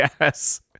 Yes